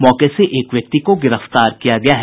मौके से एक व्यक्ति को गिरफ्तार किया गया है